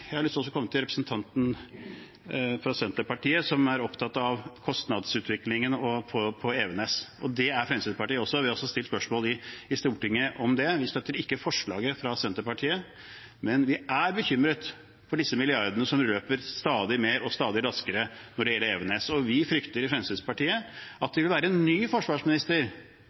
Jeg har også lyst til å kommentere til representanten fra Senterpartiet, som er opptatt av kostnadsutviklingen på Evenes. Det er Fremskrittspartiet også, vi har også stilt spørsmål i Stortinget om det. Vi støtter ikke forslaget fra Senterpartiet, men vi er bekymret for disse milliardene som løper stadig mer og stadig raskere når det gjelder Evenes. Vi i Fremskrittspartiet frykter at det vil være en ny forsvarsminister